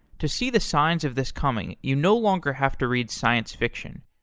to see the signs of this coming, you no longer have to read science-fiction.